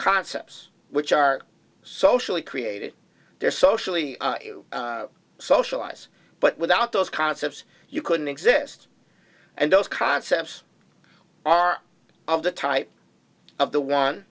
concepts which are socially created they're socially socialize but without those concepts you couldn't exist and those concepts are of the type of the